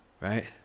right